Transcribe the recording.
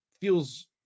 feels